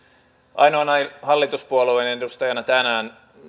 ainoana hallituspuolueiden edustajana tänään